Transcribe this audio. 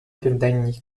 південній